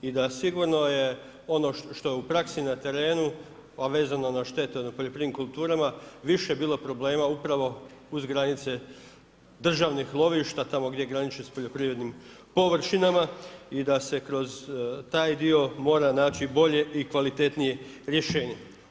I da sigurno ono što je u praksi i na terenu, a vezano na štete u poljoprivrednim kulturama, više bilo problema upravo uz granice državnih lovišta, tamo gdje graniči s poljoprivrednim površinama i da se kroz taj dio mora naći bolje i kvalitetnije rješenje.